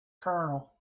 colonel